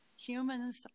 humans